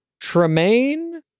Tremaine